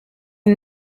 une